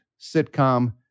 sitcom